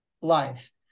life